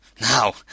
Now